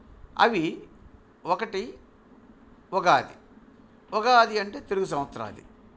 అవి ఒకటి ఉగాది ఉగాది అంటే తెలుగు సంవత్సరాది